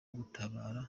gutabara